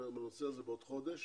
בעוד חודש בנושא הזה